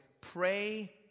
pray